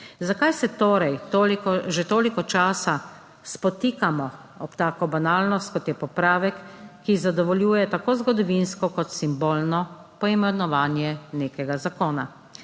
Zakaj se torej že toliko časa spotikamo ob tako banalnost, kot je popravek, ki zadovoljuje tako zgodovinsko kot simbolno poimenovanje nekega zakona?